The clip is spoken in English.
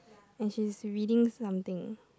and she's reading something